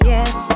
Yes